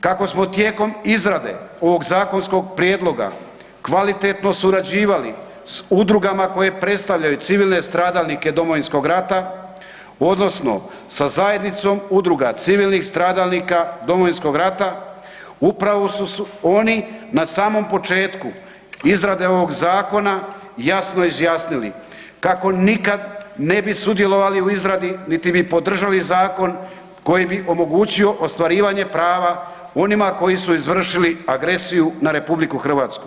Kako smo tijekom izrade ovog zakonskog prijedloga kvalitetno surađivali s udrugama koje predstavljaju civilne stradalnike Domovinskog rata odnosno sa zajednicom udruga civilnih stradalnik Domovinskog rata, upravo su oni na samom početku izrade ovog zakona jasno izjasnili kako nikad ne bi sudjelovali u izradi niti bi podržali zakon koji bi omogućio ostvarivanja prava onima koji su izvršili agresiju na RH.